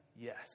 yes